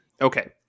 Okay